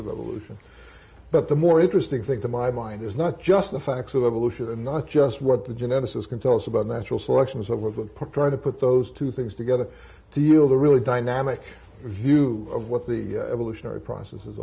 of evolution but the more interesting thing to my mind is not just the facts of evolution and not just what the geneticists can tell us about natural selection is over trying to put those two things together to yield a really dynamic view of what the evolutionary process is